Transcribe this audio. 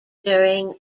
during